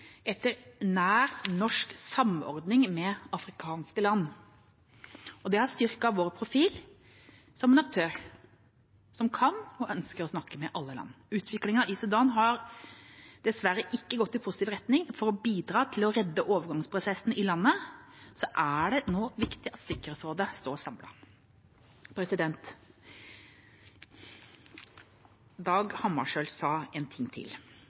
etter nær norsk samordning med afrikanske land. Det har styrket vår profil som en aktør som kan og ønsker å snakke med alle land. Utviklingen i Sudan har dessverre ikke gått i positiv retning. For å bidra til å redde overgangsprosessen i landet er det nå viktig at Sikkerhetsrådet står samlet. Dag Hammarskjöld sa en ting til: